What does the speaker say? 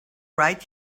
right